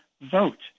vote